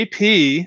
AP